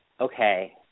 okay